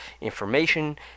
information